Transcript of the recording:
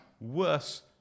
worse